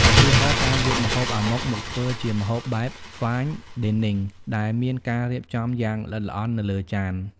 ឧទាហរណ៍ ការយកម្ហូប អាម៉ុក មកធ្វើជាម្ហូបបែប Fine Dining ដែលមានការរៀបចំយ៉ាងល្អិតល្អន់នៅលើចាន។